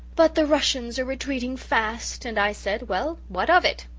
but the russians are retreating fast and i said, well, what of it?